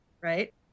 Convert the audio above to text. Right